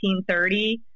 1930